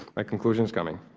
my conclusion is coming.